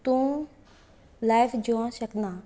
तूं लायफ जिवों शकना